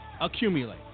Accumulate